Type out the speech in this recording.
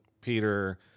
Peter